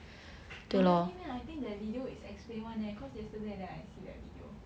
oh really meh I think that video is explain [one] leh cause yesterday then I see that video